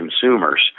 consumers